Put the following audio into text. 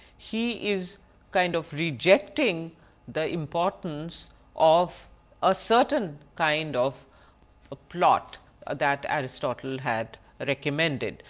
he is kind of rejecting the importance of a certain kind of ah plot ah that aristotle had recommended.